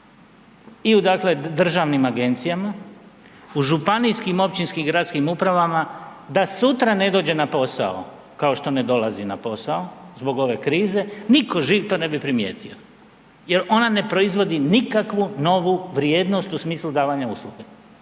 i u državnim agendcijama, u županijskim, općinskim gradskim upravama da sutra ne dođe na posao, kao što ne dolazi na posao zbog ove krize, niko živ to ne bi primijetio jer ona ne proizvodi nikakvu novu vrijednost u smislu davanja usluge.